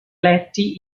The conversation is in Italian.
letti